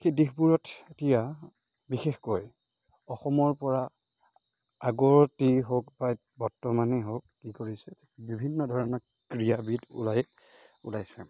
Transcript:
সেই দিশবোৰত এতিয়া বিশেষকৈ অসমৰপৰা আগতেই হওক বা বৰ্তমানেই হওক কি কৰিছে বিভিন্ন ধৰণৰ ক্ৰীড়াবিদ ওলাই ওলাইছে